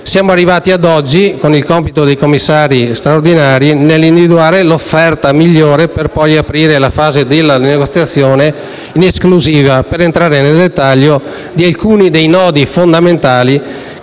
Arriviamo ad oggi: compito dei commissari straordinari è di individuare l'offerta migliore, per poi aprire la fase della negoziazione in esclusiva, per entrare nel dettaglio di alcuni nodi fondamentali,